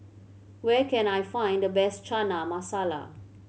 where can I find the best Chana Masala